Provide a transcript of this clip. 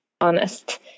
honest